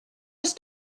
just